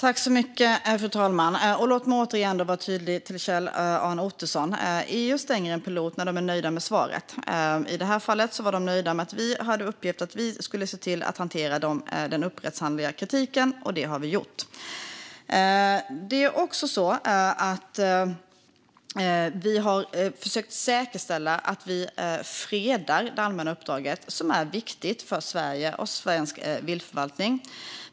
Fru talman! Låt mig återigen vara tydlig mot Kjell-Arne Ottosson: EU stänger en pilot när de är nöjda med svaret. I det här fallet var de nöjda med att vi hade uppgett att vi skulle se till att hantera den upphandlingsrättsliga kritiken, och det har vi gjort. Det är också så att vi har försökt säkerställa att vi fredar det allmänna uppdraget, som är viktigt för Sverige och svensk viltförvaltning.